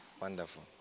Wonderful